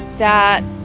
that